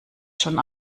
schon